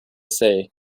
say